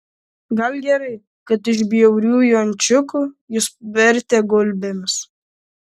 gal gerai kad iš bjauriųjų ančiukų jus vertė gulbėmis